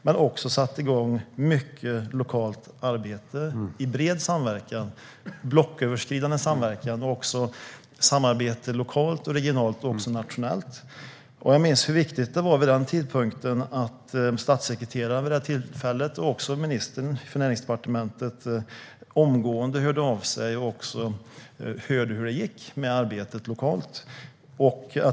Det har också satt igång mycket lokalt arbete i bred blocköverskridande samverkan och också samarbete lokalt, regionalt och nationellt. Jag minns hur viktigt det var vid den tidpunkten att statssekreteraren vid det tillfället och också ministern för Näringsdepartementet omgående hörde av sig och hörde hur det gick med arbetet lokalt.